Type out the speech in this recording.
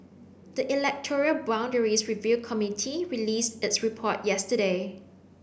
the electoral boundaries review committee released its report yesterday